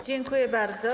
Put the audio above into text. Dziękuję bardzo.